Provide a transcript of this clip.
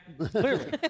clearly